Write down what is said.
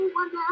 one